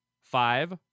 Five